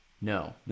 no